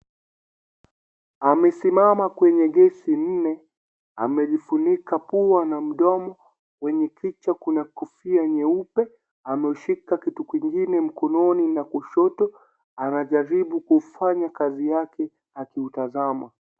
Amesimama kwenye gesi nne, amejifunika pua na mdomo, kwenye kichwa kuna kofia nyeupe, ameushika kitu kingine mkononi na kushoto anajaribu kufanya kazi yake akiutazama.